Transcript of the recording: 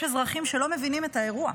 יש אזרחים שלא מבינים את האירוע,